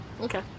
Okay